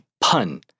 pun